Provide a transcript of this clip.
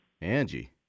Angie